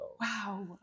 wow